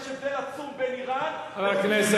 יש הבדל עצום בין אירן לבין,